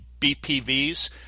BPVs